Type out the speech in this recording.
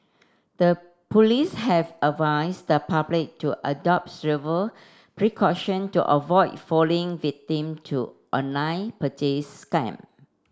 the police have advised the public to adopt precaution to avoid falling victim to online purchase scam